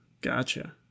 Gotcha